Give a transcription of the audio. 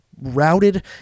routed